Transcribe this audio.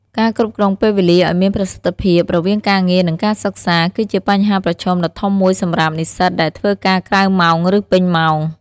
ការគ្រប់គ្រងពេលវេលាឲ្យមានប្រសិទ្ធភាពរវាងការងារ និងការសិក្សា គឺជាបញ្ហាប្រឈមដ៏ធំមួយសម្រាប់និស្សិតដែលធ្វើការក្រៅម៉ោង ឬពេញម៉ោង។